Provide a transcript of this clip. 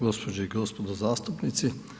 Gospođe i gospodo zastupnici.